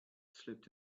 slipped